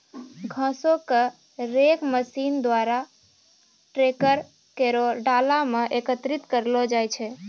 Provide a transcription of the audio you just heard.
घासो क rake machine द्वारा ट्रैकर केरो डाला म एकत्रित करलो जाय छै